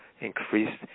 increased